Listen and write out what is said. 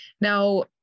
Now